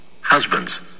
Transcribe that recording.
Husbands